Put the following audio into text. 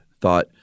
thought